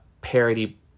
parody